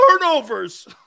Turnovers